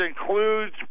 includes